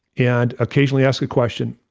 and occasionally ask a question.